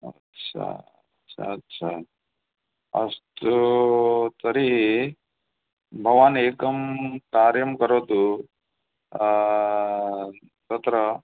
अच्छा सच्छा अस्तु तर्हि भवान् एकम् कार्यं करोतु तत्र